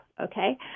okay